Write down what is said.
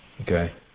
Okay